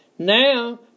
Now